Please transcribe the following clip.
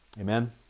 Amen